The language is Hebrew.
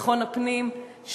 לביטחון הפנים,